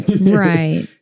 Right